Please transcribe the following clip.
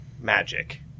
Magic